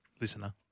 Listener